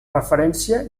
referència